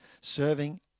serving